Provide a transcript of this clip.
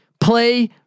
Play